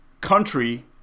country